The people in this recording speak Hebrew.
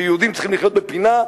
שיהודים צריכים לחיות בפינה,